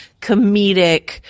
comedic